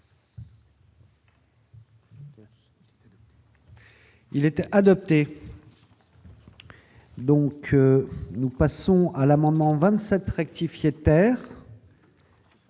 Il était adopté. Donc, nous passons à l'amendement 27 rectifiait terre.